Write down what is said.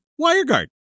WireGuard